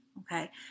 okay